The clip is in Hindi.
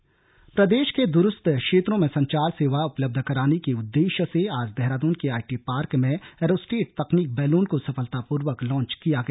संचार सेवा प्रदेश के द्रस्थ क्षेत्रों में संचार सेवा उपलब्ध कराने के उददेश्य से आज देहरादून के आईटी पार्क में एरोस्टेट तकनीक बैलून को सफलतापूर्वक लांच किया गया